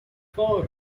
four